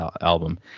album